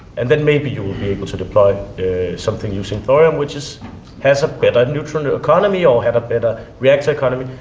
and then maybe you will be able to deploy something using thorium which has has a better neutron economy or have a better reactor economy.